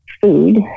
food